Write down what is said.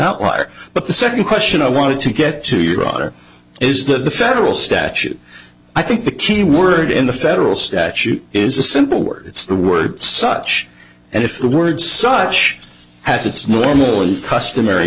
outlier but the second question i wanted to get to your daughter is that the federal statute i think the key word in the federal statute is a simple word the word such and if the words such as it's normally customary